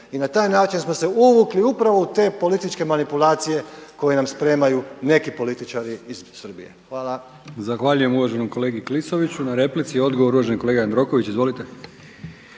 I na taj način smo se uvukli upravo u te političke manipulacije koje nam spremaju neki političari iz Srbije. Hvala. **Brkić, Milijan (HDZ)** Zahvaljujem uvaženom kolegi Klisoviću na replici. Odgovor uvaženi kolega Jandroković. Izvolite.